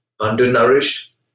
undernourished